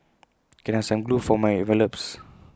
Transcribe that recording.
can I have some glue for my envelopes